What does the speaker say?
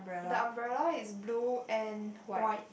the umbrella is blue and white